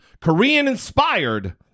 Korean-inspired